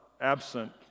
absent